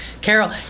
Carol